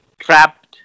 trapped